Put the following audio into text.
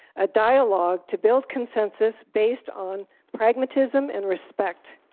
a dialogue to build consensus based on pragmatism and respect.